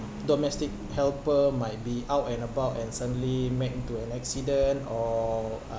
domestic helper might be out and about and suddenly met into an accident or um